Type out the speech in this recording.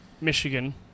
Michigan